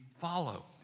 follow